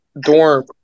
dorm